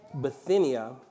Bithynia